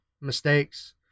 mistakes